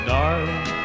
Darling